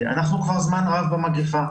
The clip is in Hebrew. אנחנו כבר זמן רב במגפה,